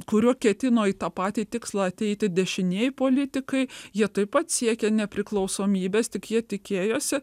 kuriuo ketino į tą patį tikslą ateiti dešinieji politikai jie taip pat siekia nepriklausomybės tik jie tikėjosi